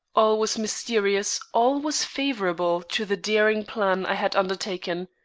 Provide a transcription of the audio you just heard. all was mysterious, all was favorable to the daring plan i had undertaken.